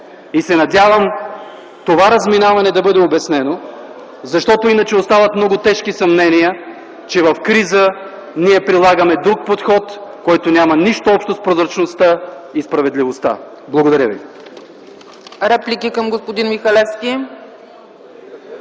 Надявам се това разминаване да бъде обяснено, защото иначе остават много тежки съмнения, че в криза ние прилагаме друг подход, който няма нищо общо с прозрачността и справедливостта. Благодаря ви.